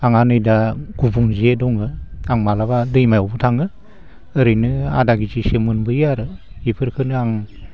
आंहा नै दा गुबुन जे दङ आं माब्लाबा दैमायावबो थाङो ओरैनो आदा केजिसो मोनबोयो आरो इफोरखोनो आं